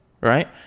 right